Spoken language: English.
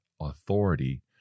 authority